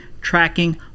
tracking